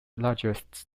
largest